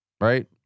Right